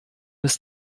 ist